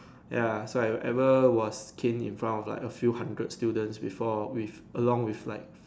ya so I ever was caned in front of like a few hundred students before with along with like